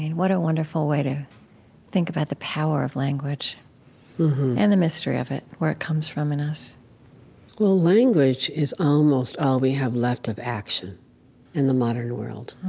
what a wonderful way to think about the power of language and the mystery of it, where it comes from in us well, language is almost all we have left of action in the modern world.